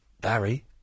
Barry